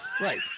right